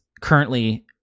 currently